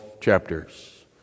chapters